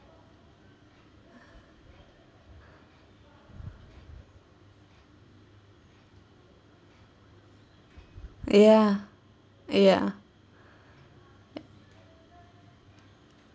ya ya